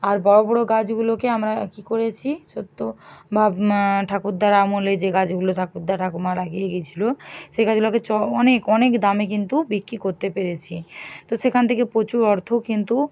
আর বড়ো বড়ো গাছগুলোকে আমরা কি করেছি সদ্য বাপ মা ঠাকুরদার আমলে যে গাছগুলো ঠাকুরদা ঠাকুমা লাগিয়ে গেছিলো সে গাছগুলোকে চ অনেক অনেক দামে কিন্তু বিক্রি করতে পেরেছি তো সেখান থেকে প্রচুর অর্থও কিন্তু